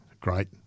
great